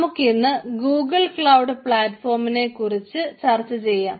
നമുക്കിന്ന് Google cloud പ്ലാറ്റ്ഫോമിനെ കുറിച്ച് ചർച്ച ചെയ്യാം